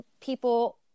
people